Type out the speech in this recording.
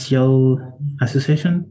association